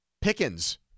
Pickens